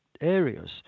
areas